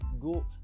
go